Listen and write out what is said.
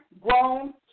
grown